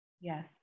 Yes